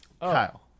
Kyle